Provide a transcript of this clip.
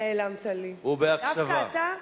איפה נעלמת לי, דווקא אתה?